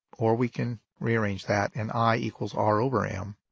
or we can rearrange that and i equals r over m.